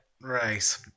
right